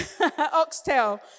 Oxtail